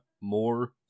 more